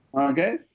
okay